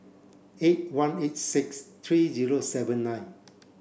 eight one eight six three zero seven nine